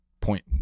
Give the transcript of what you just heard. point